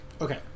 Okay